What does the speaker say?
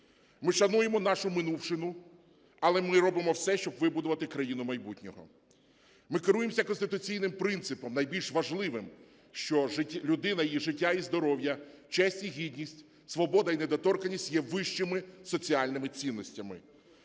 Ми шануємо нашу минувшину, але ми робимо все, щоб вибудувати країну майбутнього. Ми керуємося конституційним принципом найбільш важливим, що людина, її життя і здоров'я, честь і гідність, свобода і недоторканість є вищими соціальними цінностями.